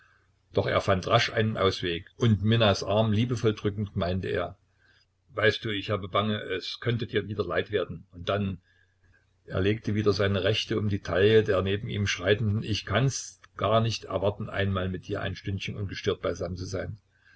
doch er fand rasch einen ausweg und minnas arm liebevoll drückend meinte er weißt du ich habe bange es könnte dir wieder leid werden und dann er legte wieder seine rechte um die taille der neben ihm schreitenden ich kann's gar nicht erwarten einmal mit dir ein stündchen ungestört beisammen zu sein